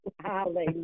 Hallelujah